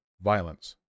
violence